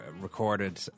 recorded